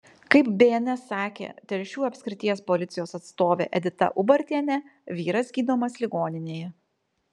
kaip bns sakė telšių apskrities policijos atstovė edita ubartienė vyras gydomas ligoninėje